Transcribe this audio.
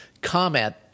comment